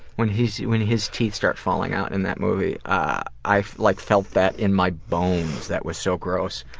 when his when his teeth start falling out in that movie ah i like felt that in my bones, that was so gross.